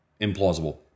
implausible